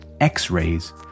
X-rays